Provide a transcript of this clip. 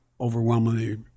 overwhelmingly